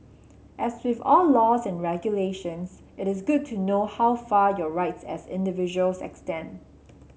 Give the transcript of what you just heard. as with all laws and regulations it is good to know how far your rights as individuals extend